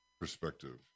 perspective